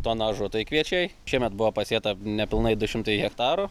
tonažu tai kviečiai šiemet buvo pasėta nepilnai du šimtai hektarų